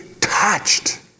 touched